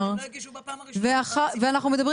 לא יגישו בפעם הראשונה --- ואנחנו מדברים